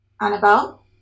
Annabelle